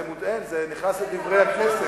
זה נכנס ל"דברי הכנסת",